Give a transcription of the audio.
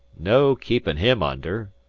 no keepin' him under,